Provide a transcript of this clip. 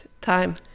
time